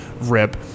Rip